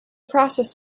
process